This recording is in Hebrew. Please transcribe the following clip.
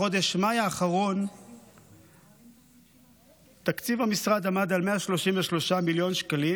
בחודש מאי האחרון תקציב המשרד עמד על 133 מיליון שקלים,